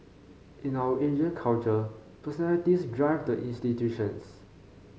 in our Asian culture personalities drive the institutions